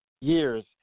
years